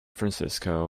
francisco